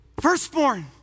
Firstborn